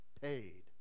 paid